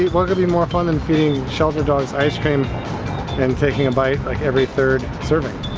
what could be more fun than feeding shelter dogs ice-cream and taking a bite like every third serving?